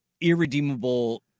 irredeemable